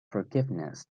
forgiveness